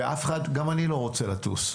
גם אני לא רוצה לטוס,